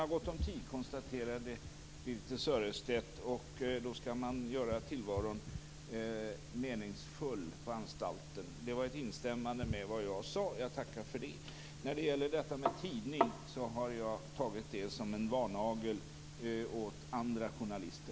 Birthe Sörestedt konstaterade att man har gott om tid på anstalterna. Då skall man göra tillvaron meningsfull. Det var ett instämmande med vad jag sade. Jag tackar för det. Jag har tagit detta med en tidning som en varnagel åt andra journalister.